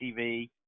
TV